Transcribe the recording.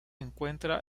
encuentra